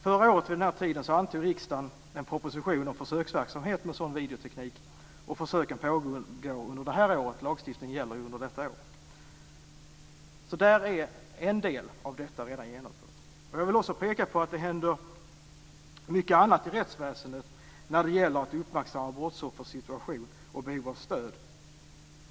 Förra året vid den här tiden antog riksdagen en proposition om försöksverksamhet med sådan videoteknik, och försöken pågår under det här året. Lagstiftningen gäller ju under detta år. Där är alltså en del av detta redan genomfört. Jag vill också peka på att det händer mycket annat i rättsväsendet när det gäller att uppmärksamma brottsoffers situation och behov av stöd.